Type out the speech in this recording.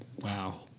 wow